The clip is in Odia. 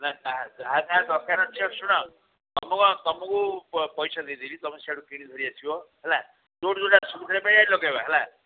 ଯାହା ଯାହା ଦରକାରେ ଅଛି ଆଉ ଶୁଣ ତୁମକୁ ଆଉ ତୁମକୁ ପଇସା ଦେଇଦେଇଛି ତୁମେ ସିଆଡ଼ୁ କିଣି ଧରି ଆସିବ ହେଲା ଯୋଉଠି ଯୋଉଟା ସୁବିଧାଟା ପାଇବା ସେଇଠି ଲଗେଇବା ହେଲା